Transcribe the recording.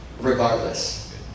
regardless